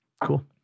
cool